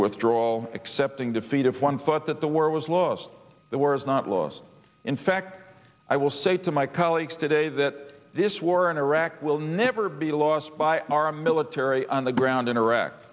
withdrawal accepting defeat if one thought that the world was lost the war is not lost in fact i will say to my colleagues today that this war in iraq will never be lost by our military on the ground in iraq